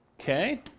Okay